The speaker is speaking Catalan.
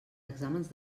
exàmens